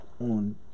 on